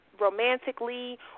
romantically